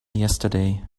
yesterday